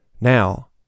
Now